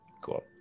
Cool